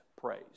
Praise